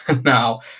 now